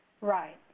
Right